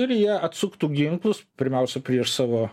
ir jie atsuktų ginklus pirmiausia prieš savo